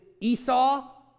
Esau